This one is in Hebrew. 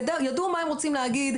ידעו מה הם רצו להגיד,